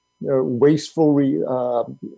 wasteful